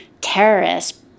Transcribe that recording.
terrorists